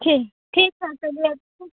ठीक ठीक है चलिए अच्छा